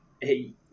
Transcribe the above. hey